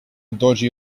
dodgy